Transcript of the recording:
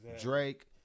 Drake